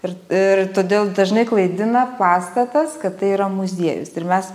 ir ir todėl dažnai klaidina pastatas kad tai yra muziejus ir mes